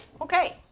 Okay